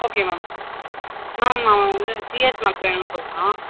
okay ma'am ma'am அவன் வந்து CS maths வேணும்னு சொல்கிறான்